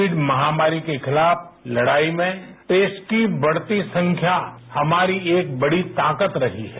Covid महामारी के खिलाफ लड़ाई में टेस्ट की बढ़ती संख्या हमारी एक बड़ी ताकत रही है